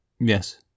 Yes